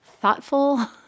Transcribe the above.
Thoughtful